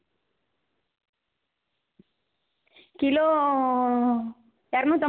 ஓகேங்க வேறு எதுவும் டாக்டர்கிட்ட காமிச்சிங்களா அங்கே ம்